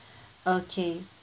okay